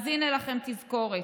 אז הינה לכם תזכורת.